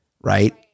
right